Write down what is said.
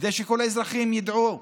כדי שכל האזרחים ידעו,